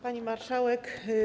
Pani Marszałek!